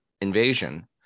invasion